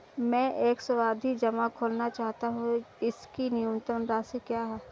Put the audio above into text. मैं एक सावधि जमा खोलना चाहता हूं इसकी न्यूनतम राशि क्या है?